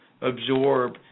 absorb